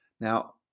Now